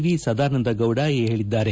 ಮಿಸದಾನಂದಗೌಡ ಹೇಳದ್ದಾರೆ